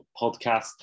Podcast